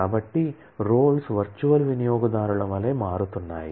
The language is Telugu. కాబట్టి రోల్స్ వర్చువల్ వినియోగదారుల వలె మారుతున్నాయి